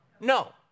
No